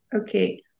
Okay